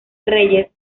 reyes